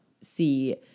see